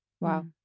wow